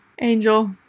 Angel